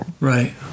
Right